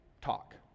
talk